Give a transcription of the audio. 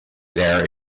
there